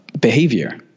behavior